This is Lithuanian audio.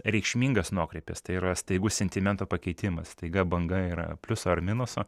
reikšmingas nuokrypis tai yra staigus sentimento pakeitimas staiga banga yra pliuso ar minuso